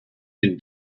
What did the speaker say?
can